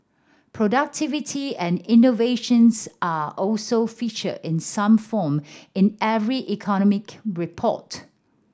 productivity and innovations are also featured in some form in every economic report